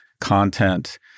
content